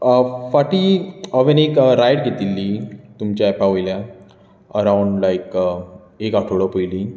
फाटी हांवें एक रायड घेतिल्ली तुमच्या एपा वयल्यान अराउंड लायक एक आठवडो पयलीं